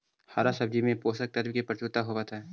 हरा सब्जियों में पोषक तत्व की प्रचुरता होवत हई